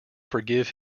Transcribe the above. forgive